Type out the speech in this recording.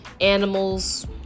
animals